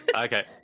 Okay